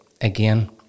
again